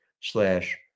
slash